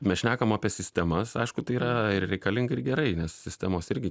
mes šnekam apie sistemas aišku tai yra ir reikalinga ir gerai nes sistemos irgi